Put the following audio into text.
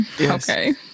Okay